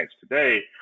today